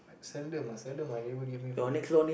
seldom ah seldom my neighbour give me food ah